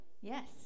Yes